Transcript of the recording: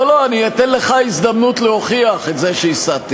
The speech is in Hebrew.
לא לא, אני אתן לך הזדמנות להוכיח את זה שהסתתי.